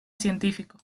científico